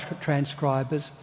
transcribers